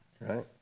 right